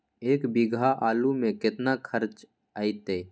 एक बीघा आलू में केतना खर्चा अतै?